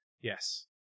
Yes